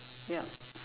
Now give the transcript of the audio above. yup